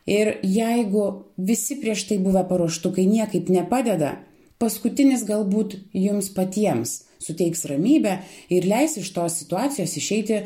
ir jeigu visi prieš tai buvę paruoštukai niekaip nepadeda paskutinis galbūt jums patiems suteiks ramybę ir leis iš tos situacijos išeiti